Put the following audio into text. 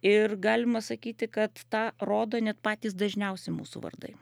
ir galima sakyti kad tą rodo net patys dažniausi mūsų vardai